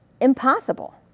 impossible